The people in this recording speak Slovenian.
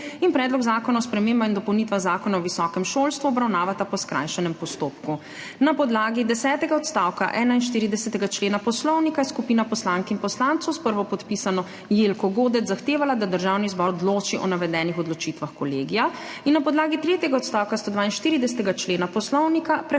in Predlog zakona o spremembah in dopolnitvah Zakona o visokem šolstvu obravnavata po skrajšanem postopku. Na podlagi desetega odstavka 41. člena Poslovnika je skupina poslank in poslancev s prvopodpisano Jelko Godec zahtevala, da Državni zbor odloči o navedenih odločitvah Kolegija, in na podlagi tretjega odstavka 142. člena Poslovnika